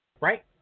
Right